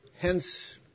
Hence